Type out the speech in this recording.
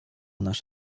nasz